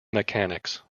mechanics